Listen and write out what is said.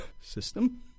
system